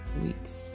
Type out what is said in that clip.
weeks